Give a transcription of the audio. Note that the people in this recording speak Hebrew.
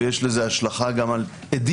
ויש לזה השלכה גם על עדים,